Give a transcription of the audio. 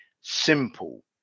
simple